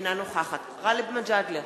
אינה נוכחת גאלב מג'אדלה,